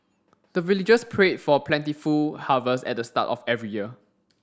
the villagers pray for plentiful harvest at the start of every year